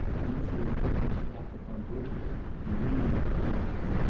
unless he had turned his back upon vauquier and leaned out of the window.